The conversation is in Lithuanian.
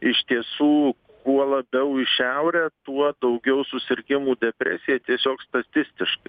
iš tiesų kuo labiau į šiaurę tuo daugiau susirgimų depresija tiesiog statistiškai